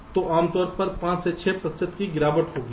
तो आमतौर पर 5 6 प्रतिशत की गिरावट होती है